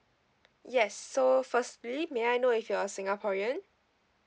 yes so firstly may I know if you're a singaporean